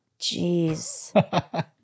Jeez